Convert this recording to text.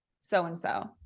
so-and-so